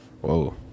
Whoa